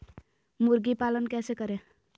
मुर्गी पालन कैसे करें?